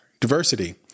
diversity